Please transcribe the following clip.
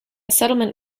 settlement